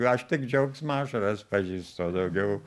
aš tik džiaugsmo ašaras pažįstu o daugiau